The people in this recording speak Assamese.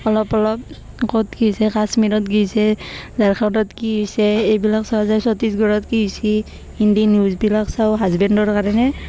অলপ অলপ ক'ত কি হৈছে কাশ্মীৰত কি হৈছে ঝাৰখণ্ডত কি হৈছে এইবিলাক চাওঁ যায় ছত্তিশগড়ত কি হৈছে হিন্দী নিউজবিলাক চাওঁ হাজবেণ্ডৰ কাৰণে